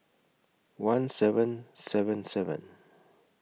one seven seven seven